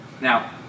Now